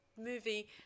movie